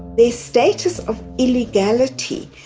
the status of illegality,